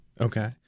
Okay